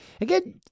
Again